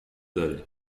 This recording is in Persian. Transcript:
داره